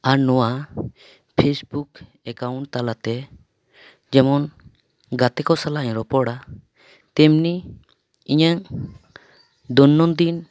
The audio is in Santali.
ᱟᱨ ᱱᱚᱣᱟ ᱯᱷᱮᱹᱥᱵᱩᱠ ᱮᱠᱟᱣᱩᱱᱴ ᱛᱟᱞᱟᱛᱮ ᱡᱮᱢᱚᱱ ᱜᱟᱛᱮ ᱠᱚ ᱥᱟᱞᱟᱜ ᱤᱧ ᱨᱚᱯᱚᱲᱟ ᱛᱮᱢᱱᱤ ᱤᱧᱟᱹᱜ ᱫᱳᱭᱱᱚᱱᱫᱤᱱ